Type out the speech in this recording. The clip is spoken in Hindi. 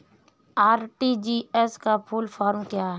आर.टी.जी.एस का फुल फॉर्म क्या है?